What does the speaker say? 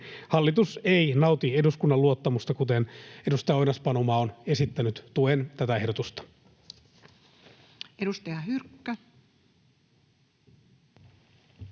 hallitus ei nauti eduskunnan luottamusta, kuten edustaja Oinas-Panuma on esittänyt. Tuen tätä ehdotusta.